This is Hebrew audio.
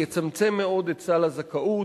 יצמצם מאוד את סל הזכאות.